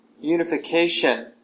unification